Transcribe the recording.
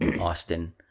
Austin